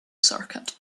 circuit